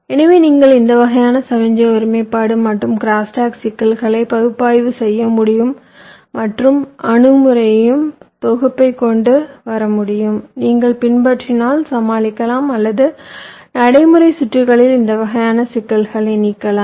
எனவே நீங்கள் இந்த வகையான சமிக்ஞை ஒருமைப்பாடு மற்றும் க்ரோஸ்டாக் சிக்கல்களை பகுப்பாய்வு செய்ய முடியும் மற்றும் அணுகுமுறைகளின் தொகுப்பைக் கொண்டு வர முடியும் நீங்கள் பின்பற்றினால் சமாளிக்கலாம் அல்லது நடைமுறை சுற்றுகளில் இந்த வகையான சிக்கல்களை நீக்கலாம்